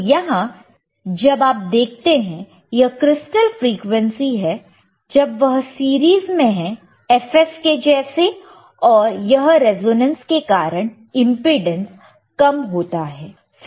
तो यहां जब आप देखते हैं यह क्रिस्टल फ्रीक्वेंसी है जब वह सीरीज में है fs के जैसे और यह रेजोनेंस के कारण इंपेडेंस कम होता है